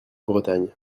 bretagne